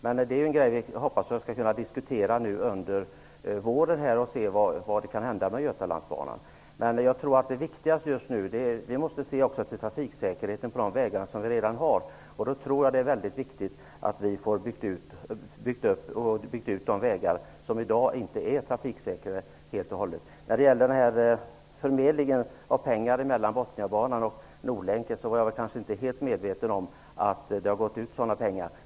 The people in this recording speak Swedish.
Jag hoppas att vi under våren skall kunna diskutera vad som skall hända med Götalandsbanan. Det viktigaste just nu är att se till trafiksäkerheten på existerande vägar. Då är det angeläget att bygga ut de vägar som i dag inte är helt och hållet trafiksäkra. Nordlänken var jag kanske inte helt medveten om.